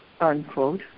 unquote